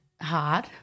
hard